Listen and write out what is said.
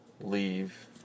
leave